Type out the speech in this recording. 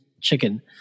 chicken